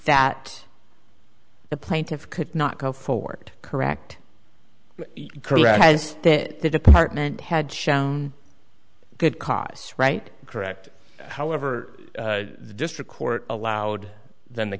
that the plaintiff could not go forward correct correct as that the department had shown good cause right correct however the district court allowed then the